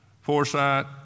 foresight